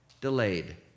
delayed